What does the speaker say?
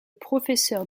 professeur